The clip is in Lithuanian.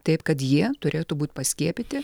taip kad jie turėtų būt paskiepyti